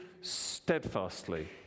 steadfastly